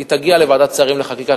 היא תגיע לוועדת שרים לחקיקה,